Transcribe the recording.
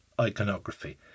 iconography